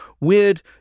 weird